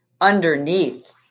underneath